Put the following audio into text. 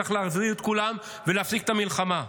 צריך להביא את כולם ולהפסיק את המלחמה.